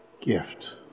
gift